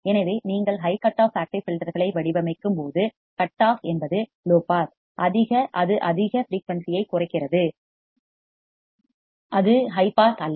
எனவே நீங்கள் high cut off active filter களை வடிவமைக்கும்போது கட் ஆஃப் என்பது லோ பாஸ் அது அதிக ஃபிரீயூன்சி ஐக் குறைக்கிறது அது ஹை பாஸ் அல்ல